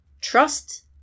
trust